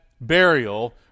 burial